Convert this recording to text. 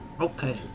Okay